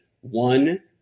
one